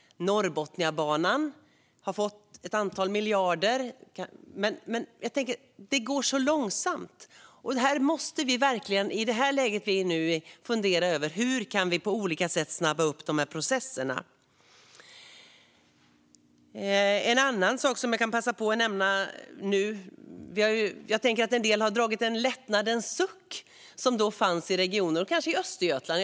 Norrbotniabanan har fått ett antal miljarder. Men det går så långsamt. I det läge vi nu är i måste vi fundera över: Hur kan vi på olika sätt snabba upp processerna? Det finns en annan sak som jag nu kan passa på att nämna. Jag tänker på att några kanske har dragit en lättnadens suck i en del regioner, kanske i Östergötland.